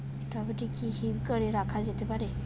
Tomato কি হিমঘর এ রাখা যেতে পারে?